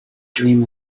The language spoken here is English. dream